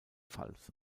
pfalz